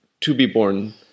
to-be-born